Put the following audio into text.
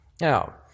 Now